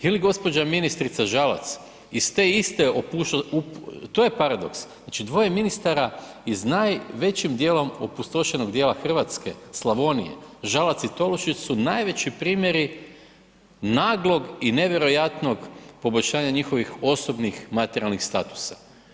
Je li gđa. ministrica Žalac iz te iste, to je parakos, znači dvoje ministara iz najvećim dijelom opustošenog dijela Hrvatske, Slavonije, Žalac i Tolušić su najveći primjeri naglog i nevjerojatnog poboljšanja njihovih osobnih materijalnih statusa.